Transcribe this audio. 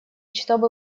чтобы